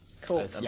Cool